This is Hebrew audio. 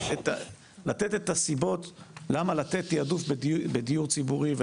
לתת את הסיבות ללמה לתת תיעדוף בדיור ציבורי.